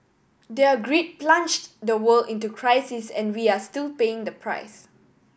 their greed plunged the world into crisis and we are still paying the price